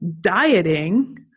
dieting